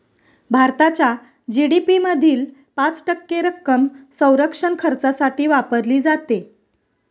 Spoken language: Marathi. भारताच्या जी.डी.पी मधील पाच टक्के रक्कम संरक्षण खर्चासाठी वापरली जाते